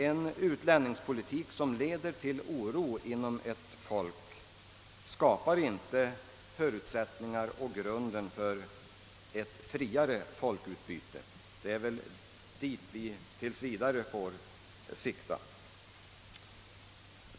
En utlänningspolitik som leder till oro inom ett folk skapar inte förutsättningar och grund för ett friare folkutbyte. Det är väl dit vi tills vidare får sikta.